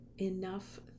enough